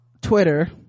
twitter